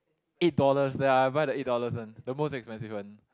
eight dollars ya I buy the eight dollars one the most expensive one